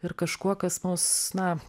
ir kažkuo kas mus na